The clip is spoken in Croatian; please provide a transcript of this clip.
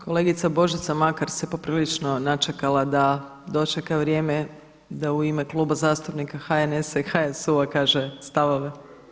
Kolegica Božica Makar se poprilično načekala da dočeka vrijeme da u ime Kluba zastupnika HNS-a i HSU-a kaže stavove.